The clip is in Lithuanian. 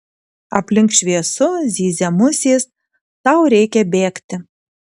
aplink šviesu zyzia musės tau reikia bėgti